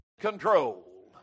control